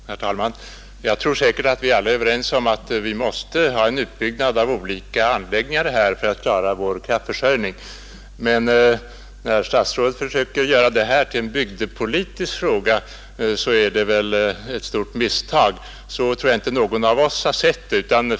Herr talman! Vi är säkert alla överens om att vi måste bygga ut olika anläggningar för att klara kraftförsörjningen, men när statsrådet försöker göra detta till en bygdepolitisk fråga begår han ett stort misstag. Så tror jag inte att någon av oss har sett det.